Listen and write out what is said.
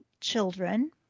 children